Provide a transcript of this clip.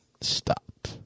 stop